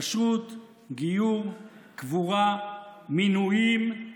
כשרות, גיור, קבורה, מינויים,